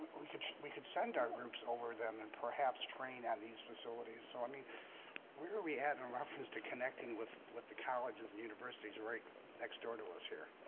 we could we could send our groups over them and perhaps train on these facilities so i mean we're we added a reference to connecting with what the colleges and universities are right next door to us here